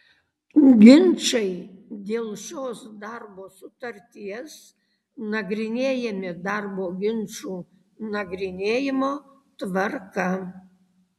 ginčai dėl šios darbo sutarties nagrinėjami darbo ginčų nagrinėjimo tvarka